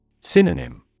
Synonym